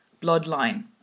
bloodline